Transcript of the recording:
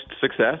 success